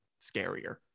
scarier